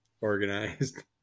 organized